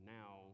now